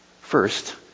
First